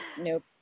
nope